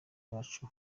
yacu